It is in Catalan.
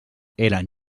eren